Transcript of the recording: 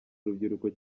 urubyiruko